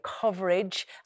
coverage